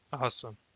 awesome